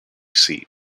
seat